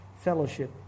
fellowship